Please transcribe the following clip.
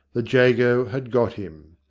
the jago had got him.